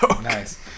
Nice